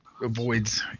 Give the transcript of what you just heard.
Avoids